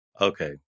Okay